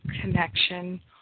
connection